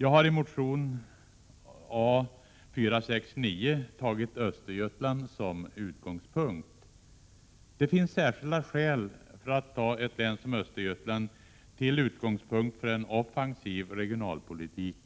Jag har i motion A469 tagit Östergötland som utgångspunkt. Det finns särskilda skäl för att ta ett län som Östergötland till utgångspunkt för en offensiv regionalpolitik.